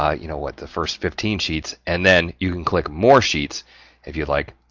ah you know, what, the first fifteen sheets, and then you can click more sheets if you'd like,